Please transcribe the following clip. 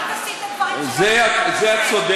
אל תסיט את הדברים, בזה את צודקת.